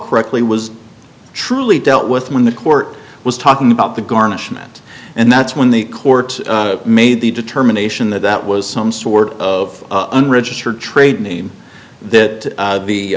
correctly was truly dealt with when the court was talking about the garnishment and that's when the court made the determination that that was some sort of unregistered trade name that